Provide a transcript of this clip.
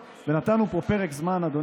ונתנו פה פרק זמן ארוך,